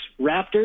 Raptors